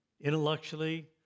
Intellectually